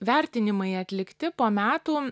vertinimai atlikti po metų